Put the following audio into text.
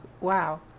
wow